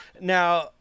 Now